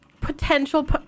potential